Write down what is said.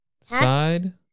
side